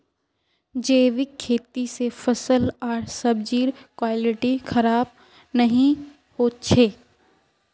जैविक खेती से फल आर सब्जिर क्वालिटी खराब नहीं हो छे